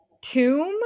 tomb